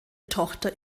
tochter